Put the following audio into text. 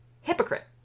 Hypocrite